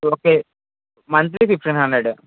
okay monthly fifteen hundred